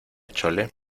chole